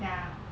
ya